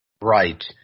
Right